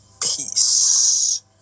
peace